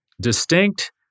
distinct